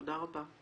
תודה רבה.